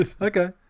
Okay